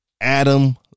adam